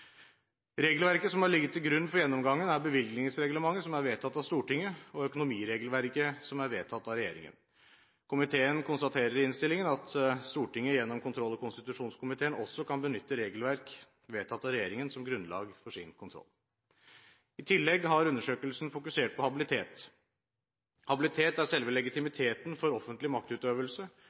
Regelverket som har ligget til grunn for gjennomgangen, er bevilgningsreglementet som er vedtatt av Stortinget, og økonomiregelverket som er vedtatt av regjeringen. Komiteen konstaterer i innstillingen at Stortinget gjennom kontroll- og konstitusjonskomiteen også kan benytte regelverk vedtatt av regjeringen som grunnlag for sin kontroll. I tillegg har undersøkelsen fokusert på habilitet. Habilitet er selve legitimiteten for offentlig maktutøvelse,